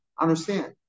understand